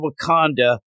Wakanda